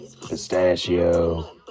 Pistachio